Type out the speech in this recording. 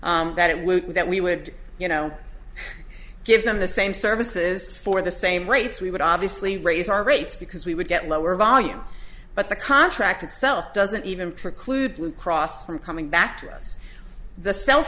would that we would you know give them the same services for the same rates we would obviously raise our rates because we would get lower volume but the contract itself doesn't even preclude blue cross from coming